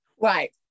Right